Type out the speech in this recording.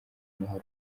naho